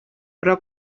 però